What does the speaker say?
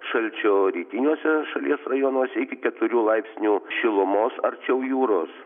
šalčio rytiniuose šalies rajonuose iki keturių laipsnių šilumos arčiau jūros